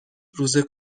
روز